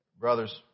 Brothers